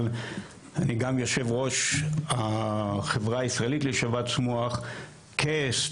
אבל אני גם יושב-ראש החברה הישראלית לשבץ מוח כסטרוקולוג.